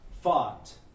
fought